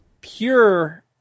pure